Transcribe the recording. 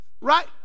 Right